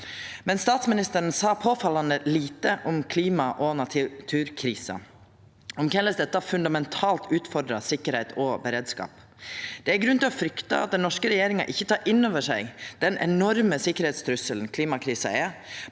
Statsministeren sa påfallande lite om klima- og naturkrisa – om korleis dette fundamentalt utfordrar sikkerheit og beredskap. Det er grunn til å frykta at den norske regjeringa ikkje tek innover seg den enorme sikkerheitstrusselen klimakrisa er,